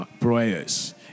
prayers